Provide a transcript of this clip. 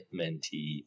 mentee